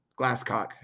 Glasscock